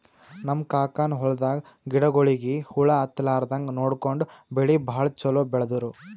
ನಮ್ ಕಾಕನ್ ಹೊಲದಾಗ ಗಿಡಗೋಳಿಗಿ ಹುಳ ಹತ್ತಲಾರದಂಗ್ ನೋಡ್ಕೊಂಡು ಬೆಳಿ ಭಾಳ್ ಛಲೋ ಬೆಳದ್ರು